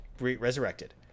resurrected